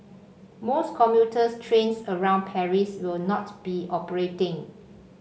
most commuter trains around Paris will not be operating